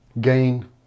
gain